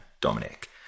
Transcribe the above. Dominic